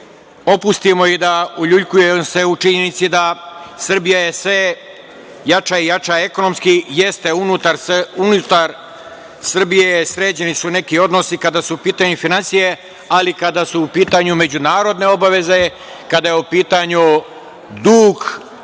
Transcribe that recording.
opustimo i da uljuljkujemo se u činjenici da Srbija je sve jača i jača ekonomski, jeste unutar Srbije sređeni su neki odnosi kada su u pitanju finansije. Ali, kada su u pitanju međunarodne obaveze, kada je u pitanju dug,